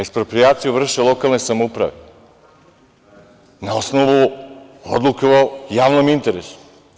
Eksproprijaciju vrše lokalne samouprave na osnovu odluke o javnom interesu.